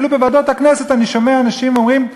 אפילו בוועדות הכנסת אני שומע אנשים אומרים: